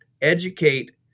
educate